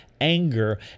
anger